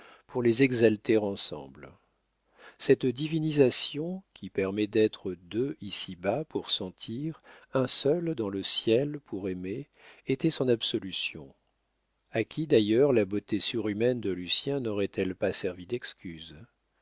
pour les exalter ensemble cette divinisation qui permet d'être deux ici-bas pour sentir un seul dans le ciel pour aimer était son absolution a qui d'ailleurs la beauté surhumaine de lucien n'aurait-elle pas servi d'excuse